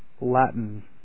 Latin